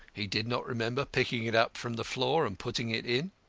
he did not remember picking it up from the floor and putting it in.